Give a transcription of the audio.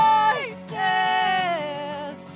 Voices